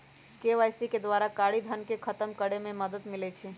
KYC के द्वारा कारी धन के खतम करए में मदद मिलइ छै